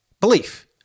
Belief